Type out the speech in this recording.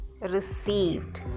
received